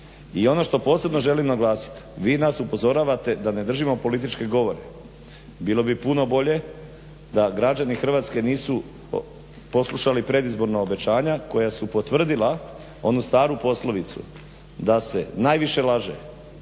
I ono što posebno želim naglasiti. Vi nas upozoravate da ne držimo političke govore. Bilo bi puno bolje da građani Hrvatske nisu poslušali predizborna obećanja koja su potvrdila onu staru poslovicu da se najviše laže